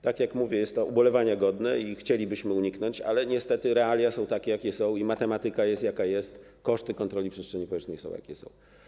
Tak jak mówię, jest to ubolewania godne i chcielibyśmy tego uniknąć, ale niestety realia są takie, jakie są i matematyka jest, jaka jest, koszty kontroli przestrzeni powietrznej są, jakie są.